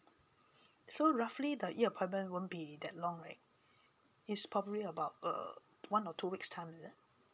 so roughly the E appointment won't be that long right it's probably about err one or two weeks time is it